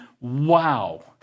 Wow